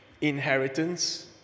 inheritance